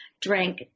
drank